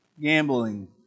gambling